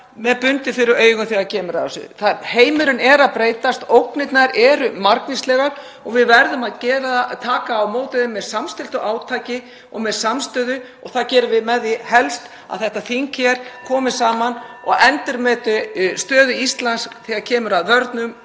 með bundið fyrir augun þegar kemur að þessu. Heimurinn er að breytast, ógnirnar eru margvíslegar og við verðum að taka á móti þeim með samstilltu átaki og með samstöðu. Það gerum við helst með því að þetta þing hér komi saman og endurmeti stöðu Íslands þegar kemur að vörnum,